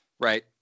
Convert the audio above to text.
right